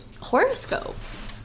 horoscopes